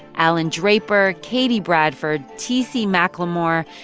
alan draper, katie bradford, t c. macklemore,